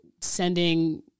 sending